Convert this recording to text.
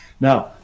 Now